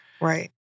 Right